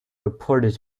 reported